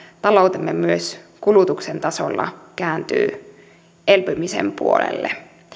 taloutemme myös kulutuksen tasolla kääntyy elpymisen puolelle